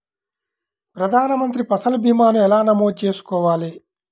ప్రధాన మంత్రి పసల్ భీమాను ఎలా నమోదు చేసుకోవాలి?